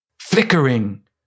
Flickering